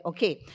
Okay